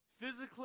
physically